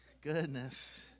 goodness